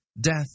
Death